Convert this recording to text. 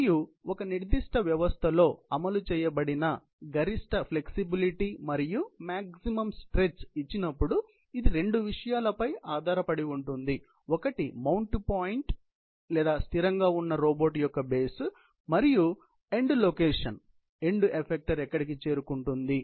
మరియు ఒక నిర్దిష్ట వ్యవస్థలో అమలు చేయబడిన గరిష్ట ఫ్లెక్సిబిలిటీ మరియు మాక్సిమం స్ట్రెచ్ యిచ్చినపుడు ఇది నిజంగా రెండు విషయాలపై ఆధారపడి ఉంటుంది ఒకటి మౌంటు పాయింట్ లేదా స్థిరంగా ఉన్న రోబోట్ యొక్క బేస్ మరియు ఎండ్ లొకేషన్ ఎండ్ ఎఫెక్టర్ ఎక్కడికి చేరుకుంటుంది